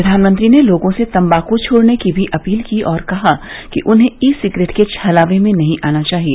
प्रधानमंत्री ने लोगों से तम्बाकू छोड़ने की भी अपील की और कहा कि उन्हें ई सिगरेट के छलावे में नहीं आना चाहिए